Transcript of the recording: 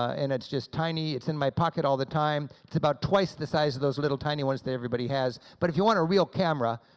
and it's just tiny, it's in my pocket all the time, it's about twice the size of those little tiny ones that everybody has. but if you want a real camera,